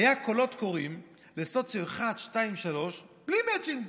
היו קולות קוראים לסוציו 1, 2, 3 בלי מצ'ינג,